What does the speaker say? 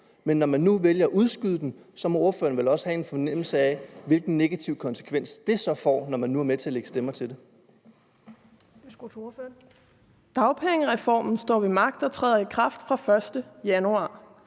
Men når man nu vælger at udskyde den, må ordføreren vel også have en fornemmelse af, hvilken negativ konsekvens det får, når man nu er med til at lægge stemmer til det. Kl. 13:13 Den fg. formand (Karen J.